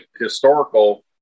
historical